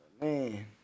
man